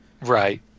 Right